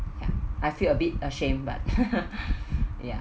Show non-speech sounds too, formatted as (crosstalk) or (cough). ya I feel a bit ashamed but (noise) ya